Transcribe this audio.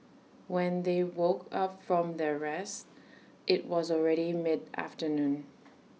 when they woke up from their rest IT was already mid afternoon